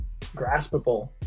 graspable